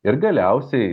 ir galiausiai